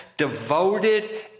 devoted